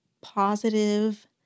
positive